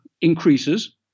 increases